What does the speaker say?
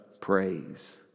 praise